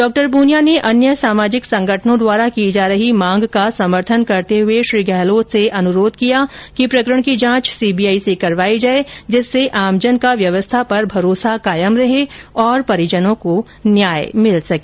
डा पूनिया ने अन्य सामाजिक संगठनों द्वारा की जा रही मांग का समर्थन करते हुए श्री गहलोत से अनुराध किया कि प्रकरण की जांच सीबीआई से करवाई जाये जिससे आमजन का व्यवस्था पर भरोसा कायम रहे और परिजनों को न्याय मिल सके